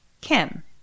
Kim